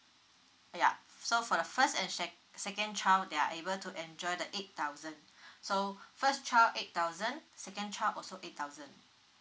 yup so for the first and se~ second child they are able to enjoy the eight thousand so first child eight thousand second child also eight thousand